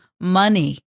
money